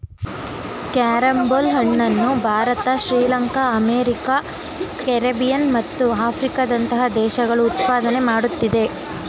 carrom ಬೋಲ್ ಹಣ್ಣನ್ನು Bharat Sri Lanka America Caribbean ಮತ್ತು ಆಫ್ರಿಕಾದಂತಹ ದೇಶಗಳು ಉತ್ಪಾದನೆ ಮಾಡುತ್ತಿದೆ